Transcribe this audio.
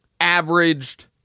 averaged